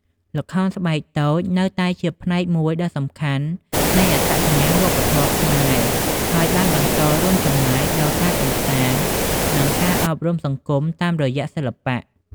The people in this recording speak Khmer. ល្ខោនស្បែកតូចនៅតែជាផ្នែកមួយដ៏សំខាន់នៃអត្តសញ្ញាណវប្បធម៌ខ្មែរ ហើយបន្តរួមចំណែកដល់ការកម្សាន្ត និងការអប់រំសង្គមតាមរយៈសិល្បៈ។